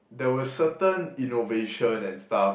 there was certain innovation and stuff